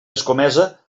escomesa